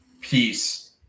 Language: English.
peace